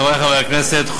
חברי חברי הכנסת,